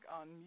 on